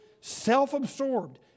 self-absorbed